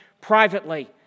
privately